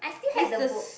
is the s~